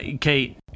Kate